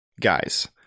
Guys